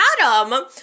Adam